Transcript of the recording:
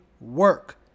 work